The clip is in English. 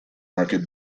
market